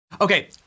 Okay